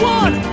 one